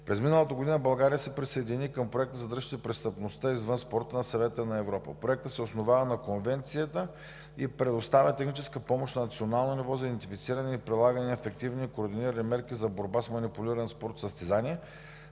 През миналата година България се присъедини към Проекта „Задръжте престъпността извън спорта“ на Съвета на Европа. Проектът се основа на Конвенцията и предоставя техническа помощ на национално ниво за идентифициране и прилагане на ефективни и координирани мерки за борба с манипулиране на спортни състезания